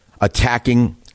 attacking